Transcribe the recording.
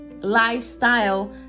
lifestyle